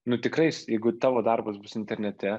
nu tikrais jeigu tavo darbas bus internete